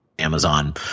Amazon